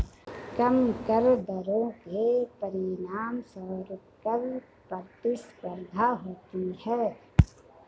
कम कर दरों के परिणामस्वरूप कर प्रतिस्पर्धा होती है